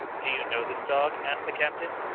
do you know this dog? asked the captain.